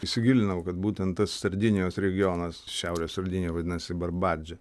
įsigilinau kad būtent tas sardinijos regionas šiaurės sardinija vadinasi barbardže